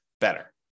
better